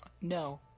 No